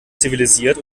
zivilisiert